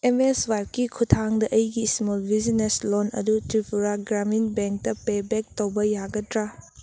ꯑꯦꯝꯑꯦꯁꯋꯥꯏꯞꯀꯤ ꯈꯨꯊꯥꯡꯗ ꯑꯩꯒꯤ small business loan ꯑꯗꯨ ꯇ꯭ꯔꯤꯄꯨꯔꯥ ꯒ꯭ꯔꯥꯃꯤꯟ ꯕꯦꯡꯇ ꯄꯦꯕꯦꯛ ꯇꯧꯕ ꯌꯥꯒꯗ꯭ꯔꯥ